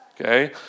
Okay